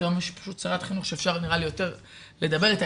היום יש פשוט שרת חינוך שאפשר נראה לי יותר לדבר איתה,